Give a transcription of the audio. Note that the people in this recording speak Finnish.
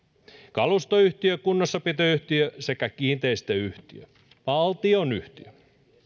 kalustoyhtiö kunnossapitoyhtiö sekä kiinteistöyhtiö valtionyhtiö